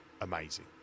amazing